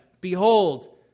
Behold